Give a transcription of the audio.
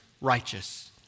righteous